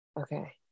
Okay